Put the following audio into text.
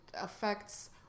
affects